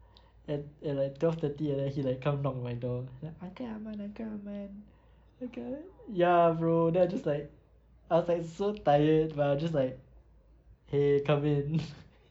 and and like twelve thirty like that he like come knock on my door like uncle aman uncle aman uncle ya bro then I just like I was like so tired but I was just like !hey! come in